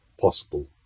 possible